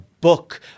book